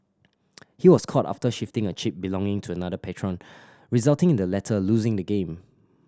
he was caught after shifting a chip belonging to another patron resulting in the latter losing the game